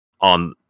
on